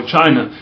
china